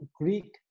Greek